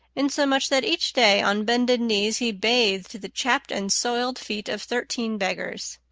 insomuch that each day on bended knees he bathed the chapped and soiled feet of thirteen beggars.